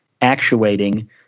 actuating